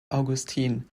augustin